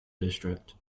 district